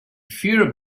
fear